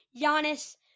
Giannis